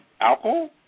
alcohol